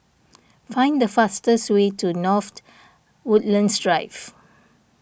find the fastest way to North Woodlands Drive